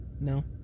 No